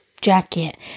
jacket